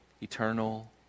eternal